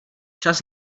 čas